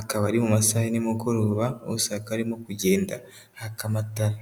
akaba ari mu masaha ya nimugoroba, hose hakaba harimo kugenda haka amatara.